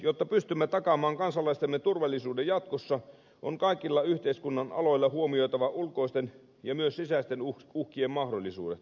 jotta pystymme takaamaan kansalaistemme turvallisuuden jatkossa on kaikilla yhteiskunnan aloilla huomioitava ulkoisten ja myös sisäisten uhkien mahdollisuudet